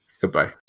goodbye